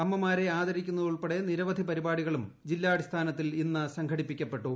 അമ്മമാ രെ ആദരിക്കുന്നത് ഉൾപ്പെടെ നിരവധി പരിപാടികളും ജില്ലാടിസ്ഥാന ത്തിൽ ഇന്ന് സംഘടിപ്പിക്കപ്പെട്ടു